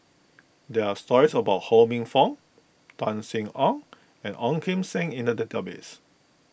there are stories about Ho Minfong Tan Sin Aun and Ong Kim Seng in the database